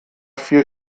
viel